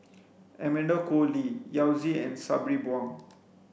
Amanda Koe Lee Yao Zi and Sabri Buang